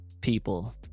people